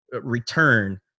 return